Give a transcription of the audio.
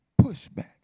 pushback